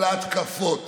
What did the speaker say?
כל ההתקפות,